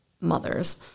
mothers